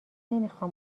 نمیخام